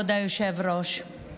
הוא לא יודע לעשות חוץ מזה, שימשיך.